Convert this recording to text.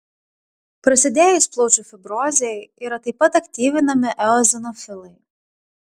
prasidėjus plaučių fibrozei yra taip pat aktyvinami eozinofilai